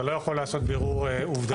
אתה לא יכול לעשות בירור עובדתי.